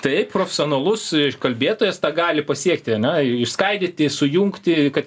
taip profesionalus kalbėtojas gali pasiekti ane išskaidyti sujungti kad